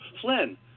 Flynn